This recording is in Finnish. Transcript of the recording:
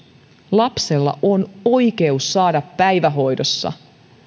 lapsella on oikeus saada päivähoidossa